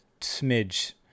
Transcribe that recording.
smidge